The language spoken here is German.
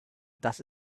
das